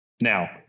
Now